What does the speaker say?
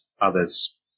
others